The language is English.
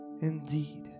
indeed